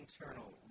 internal